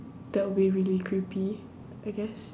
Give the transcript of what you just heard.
that would be really creepy I guess